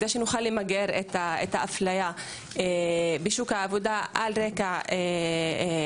כדי שנוכל למגר את האפליה בשוק העבודה על רגע מגדר,